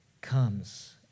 comes